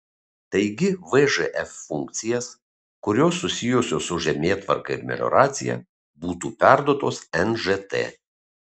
taigi vžf funkcijas kurios susijusios su žemėtvarka ir melioracija būtų perduotos nžt